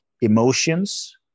emotions